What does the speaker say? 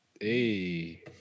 Hey